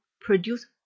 produce